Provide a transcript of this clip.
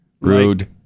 Rude